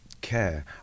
care